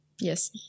Yes